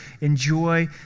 enjoy